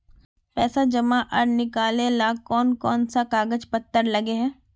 पैसा जमा आर निकाले ला कोन कोन सा कागज पत्र लगे है?